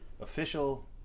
official